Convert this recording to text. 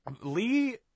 Lee